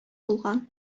булган